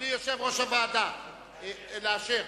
אדוני יושב-ראש הוועדה לאשר.